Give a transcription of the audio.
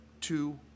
two